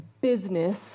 Business